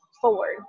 forward